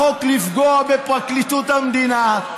החוק לפגוע בפרקליטות המדינה,